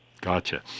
Gotcha